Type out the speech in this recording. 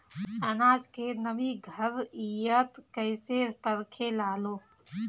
आनाज के नमी घरयीत कैसे परखे लालो?